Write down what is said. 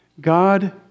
God